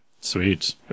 Sweet